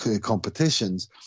competitions